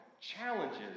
challenges